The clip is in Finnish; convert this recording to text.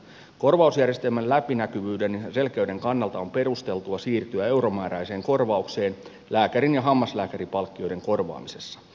korvausjärjestelmän läpinäkyvyyden ja selkeyden kannalta on perusteltua siirtyä euromääräiseen korvaukseen lääkärin ja hammaslääkärinpalkkioiden korvaamisessa